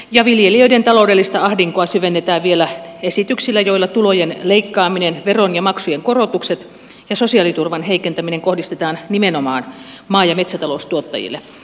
ja viljelijöiden taloudellista ahdinkoa syvennetään vielä esityksillä joilla tulojen leikkaaminen veron ja maksujen korotukset ja sosiaaliturvan heikentäminen kohdistetaan nimenomaan maa ja metsätaloustuottajille